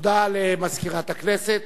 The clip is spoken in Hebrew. תודה למזכירת הכנסת.